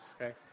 okay